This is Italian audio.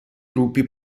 gruppi